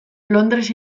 londres